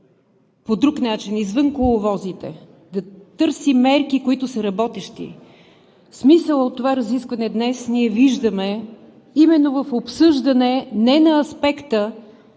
по друг начин, извън коловозите, и да търси мерки, които са работещи. Смисъл от това разискване днес ние виждаме именно в обсъждане не на аспекта